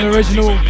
Original